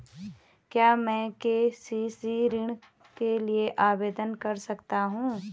क्या मैं के.सी.सी ऋण के लिए आवेदन कर सकता हूँ?